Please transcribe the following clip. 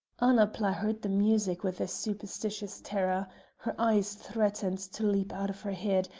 annapla heard the music with a superstitious terror her eyes threatened to leap out of her head,